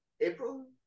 April